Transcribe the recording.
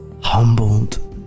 humbled